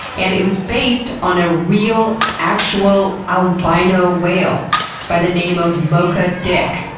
and it was based on a real, actual albino whale by the name of mocha dick,